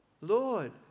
Lord